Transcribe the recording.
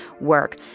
work